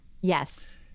Yes